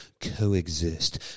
coexist